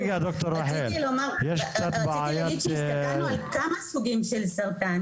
רציתי להגיד שהסתכלנו על כמה סוגים של סרטן